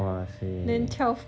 !wahseh!